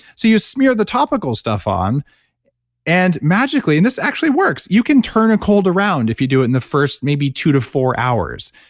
so you smear the topical stuff on and magically, and this actually works, you can turn a cold around, if you do it in the first maybe two to four hours,